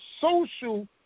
social